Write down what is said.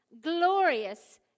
glorious